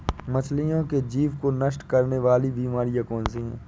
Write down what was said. मछलियों के जीभ को नष्ट करने वाली बीमारी कौन सी है?